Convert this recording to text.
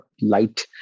light